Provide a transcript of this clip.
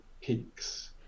peaks